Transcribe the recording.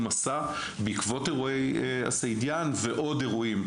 עשה בעקבות אירועי סעידיאן ועוד אירועים,